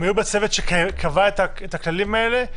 הם היו בצוות שקבע את הכללים האלה.